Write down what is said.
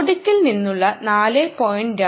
നോർഡിക്കിൽ നിന്നുളള 4